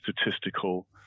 statistical